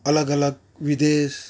અલગ અલગ વિદેશ